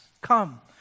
Come